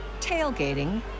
tailgating